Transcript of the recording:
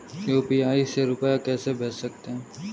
UPI से रुपया कैसे भेज सकते हैं?